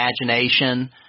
imagination